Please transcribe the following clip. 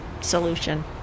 solution